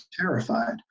terrified